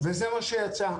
וזה באמת מה שיצא.